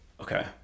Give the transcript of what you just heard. okay